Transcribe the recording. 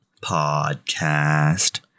podcast